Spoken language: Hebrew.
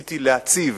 ניסיתי להציב